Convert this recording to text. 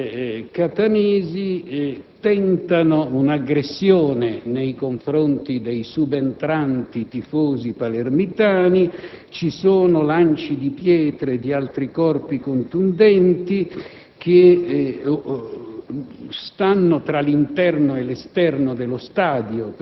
A quel punto i tifosi catanesi tentano un'aggressione nei confronti dei subentranti tifosi palermitani. Ci sono lanci di pietre e di altri corpi contundenti tra